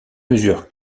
mesure